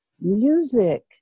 Music